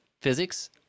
physics